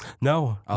No